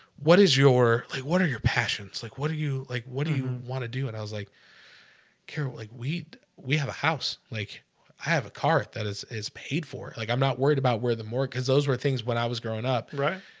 what is your what are your passions? like? what are you like? what do you want to do? and i was like kara like we'd we have a house. like i have a car that is is paid for it like i'm not worried about where the more because those were things when i was growing up right?